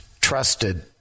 trusted